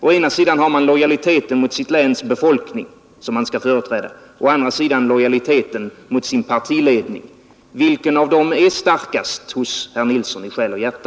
Å ena sidan har man lojaliteten mot sitt läns befolkning som man skall företräda, och å andra sidan har man lojaliteten mot sin partiledning. Vilken lojalitet är starkast hos Birger Nilsson i själ och hjärta?